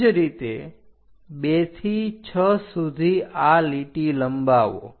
તે જ રીતે 2 થી 6 સુધી આ લીટી લંબાવો